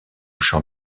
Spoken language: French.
champ